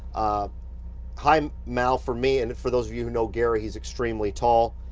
ah hi um mal, for me and for those of you who know gary, he's extremely tall,